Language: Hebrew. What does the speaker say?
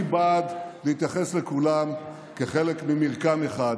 אני בעד להתייחס לכולם כחלק ממרקם אחד,